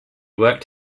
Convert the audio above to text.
worked